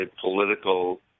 political